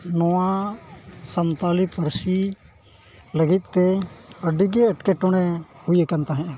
ᱱᱚᱣᱟ ᱥᱟᱱᱛᱟᱲᱤ ᱯᱟᱹᱨᱥᱤ ᱞᱟᱹᱜᱤᱫᱼᱛᱮ ᱟᱹᱰᱤᱜᱮ ᱮᱴᱠᱮᱴᱚᱬᱮ ᱦᱩᱭ ᱟᱠᱟᱱ ᱛᱟᱦᱮᱸᱜᱼᱟ